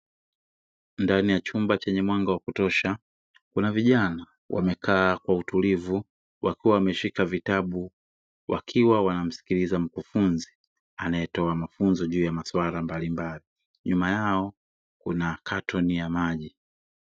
Ndani ya chumba chenye mwanga wa kutosha kuna vijana wamekaa kwa utulivu wakiwa wameshika vitabu, wakiwa wanamsikiliza mkufunzi anayetoa mafunzo juu ya maswala mbalimbali nyuma yao kuna katoni ya maji.